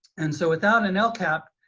and so without an lcap,